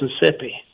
Mississippi